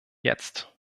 jetzt